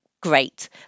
great